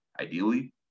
ideally